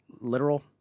literal